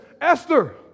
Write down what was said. Esther